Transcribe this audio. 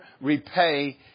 repay